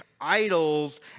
idols